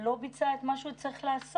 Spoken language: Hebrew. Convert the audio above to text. לא ביצע את מה שהוא צריך לעשות,